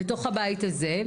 בתוך הבית הזה,